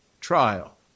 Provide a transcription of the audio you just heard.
trial